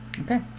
Okay